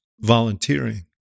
volunteering